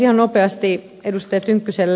ihan nopeasti edustaja tynkkyselle